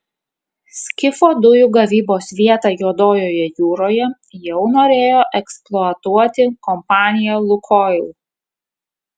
skifo dujų gavybos vietą juodojoje jūroje jau norėjo eksploatuoti kompanija lukoil